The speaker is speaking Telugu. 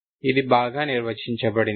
ఇది బాగా నిర్వచించబడింది